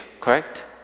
correct